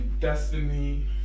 destiny